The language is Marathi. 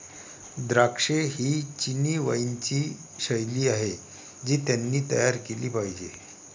द्राक्षे ही चिनी वाइनची शैली आहे जी त्यांनी तयार केली पाहिजे